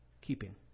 keeping